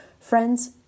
Friends